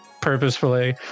purposefully